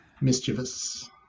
Mischievous